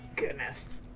goodness